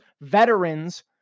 veterans